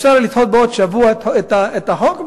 אפשר לדחות בעוד שבוע את החוק,